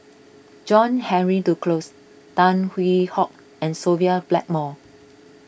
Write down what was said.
John Henry Duclos Tan Hwee Hock and Sophia Blackmore